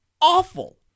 awful